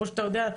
כמו שאתה יודע,